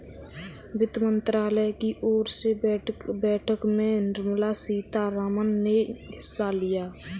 वित्त मंत्रालय की ओर से बैठक में निर्मला सीतारमन ने हिस्सा लिया